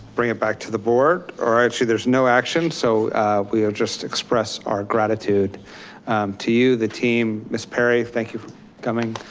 bring it back to the board or actually there's no action. so we'll just express our gratitude to you the team miss perry, thank you for coming.